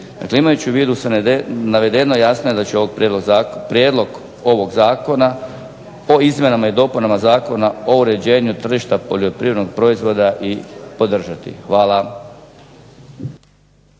imajući u vidu sve navedeno, jasno je da ću ovo prijedlog, prijedlog ovog zakona o izmjenama i dopunama Zakona o uređenju tržišta poljoprivrednog proizvoda i podržati. Hvala.